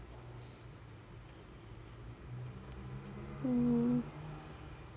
mm